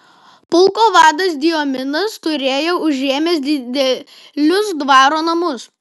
pulko vadas diominas turėjo užėmęs didelius dvaro namus